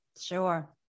sure